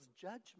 judgment